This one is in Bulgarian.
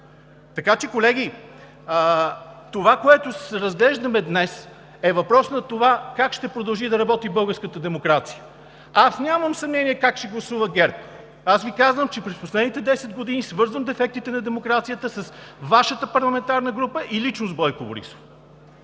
Така че, колеги, онова, което разглеждаме днес, е въпрос на това как ще продължи да работи българската демокрация. Аз нямам съмнение как ще гласува ГЕРБ – казвам Ви, че през последните 10 години свързвам дефектите на демокрацията с Вашата парламентарна група и лично с Бойко Борисов.